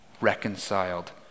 reconciled